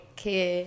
Okay